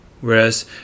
whereas